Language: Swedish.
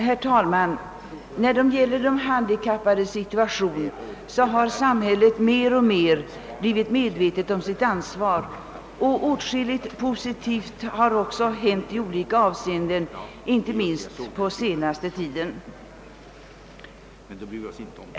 Herr talman! Vad beträffar de handikappade har samhället mer och mer blivit medvetet om sitt ansvar, och åtskilligt positivt har hänt i olika av seenden inte minst under den senaste tiden.